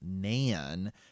Nan